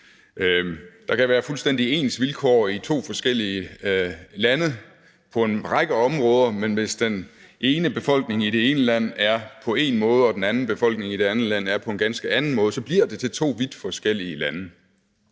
Der kan være fuldstændig ens vilkår i to forskellige lande på en række områder, men hvis den ene befolkning i det ene land er på én måde og den anden befolkning i det andet land er på en ganske anden måde, bliver det til to vidt forskellige lande.